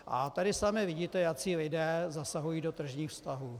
A tady sami vidíte, jací lidé zasahují do tržních vztahů.